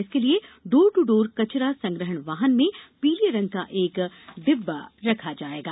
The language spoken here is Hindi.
इसके लिए डोर दू डोर कचरा संग्रहण वाहन में पीले रंग का एक डिब्बा रखा जाएगा